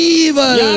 evil